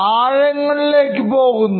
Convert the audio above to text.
ആഴങ്ങളിലേക്ക് പോകുന്നു